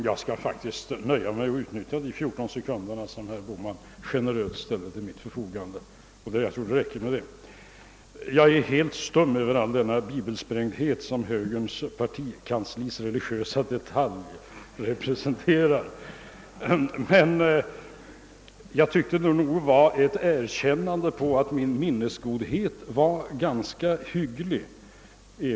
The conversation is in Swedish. Herr talman! De 14 sekunder som herr Bohman så generöst ställde till mitt förfogande tror jag nästan kommer att räcka för det jag nu kommer att säga. Jag är helt förstummad av all den bibelsprängdhet som högerns partikanslis religiösa detalj givit prov på, men jag tycker också att vad herr Bohman sade var ett erkännande av att mitt minne är ganska hyggligt.